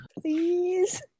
Please